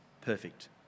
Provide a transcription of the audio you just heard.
perfect